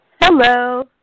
Hello